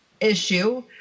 issue